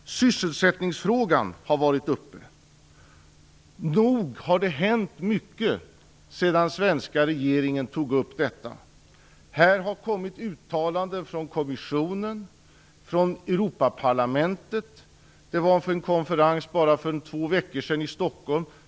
Sysselsättningsfrågan har varit uppe. Nog har det hänt mycket sedan den svenska regeringen tog upp detta. Det har kommit uttalanden från kommissionen och från Europaparlamentet. För bara två veckor sedan var det en konferens i Stockholm.